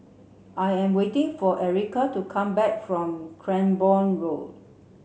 I am waiting for Erika to come back from Cranborne Road